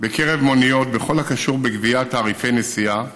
בקרב מוניות בכל הקשור לגביית תעריפי נסיעה